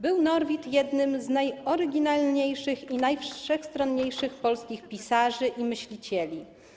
Był Norwid jednym z najoryginalniejszych i najwszechstronniejszych polskich pisarzy i myślicieli.